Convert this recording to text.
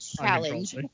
challenge